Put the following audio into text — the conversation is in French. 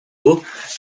hauts